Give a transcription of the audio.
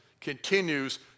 continues